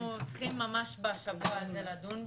אנחנו צריכים ממש בשבוע הזה לדון בזה,